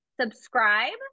subscribe